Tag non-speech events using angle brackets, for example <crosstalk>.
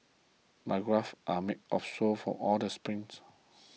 my calves are <unintelligible> sore from all the sprints